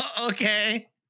Okay